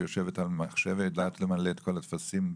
שיושבת על מחשב ויודעת למלא את כל הטפסים.